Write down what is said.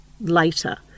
later